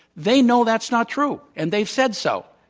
they know that's not true, and they've said so.